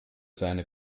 seine